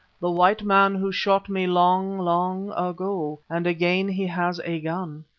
the white man who shot me long, long ago, and again he has a gun!